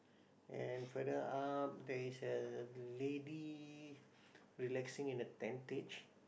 and further up there is a lady relaxing in a tentage